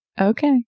Okay